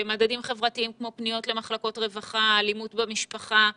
מדדים חברתיים כמו פניות למחלקות רווחה ואלימות במשפחה.